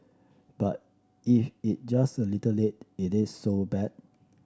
but if it just a little late it is so bad